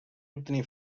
obtenir